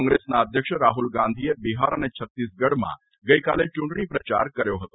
કોંગ્રેસના અધ્યક્ષ રાહુલ ગાંધીએ બિહાર તથા છત્તીસગઢમાં ગઇકાલે ચૂંટણી પ્રચાર કર્યો હતો